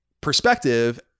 perspective